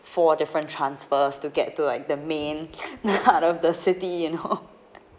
four different transfers to get to like the main part of the city you know